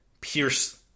pierce